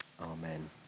Amen